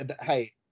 Hey